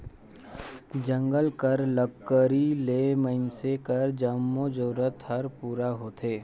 जंगल कर लकरी ले मइनसे कर जम्मो जरूरत हर पूरा होथे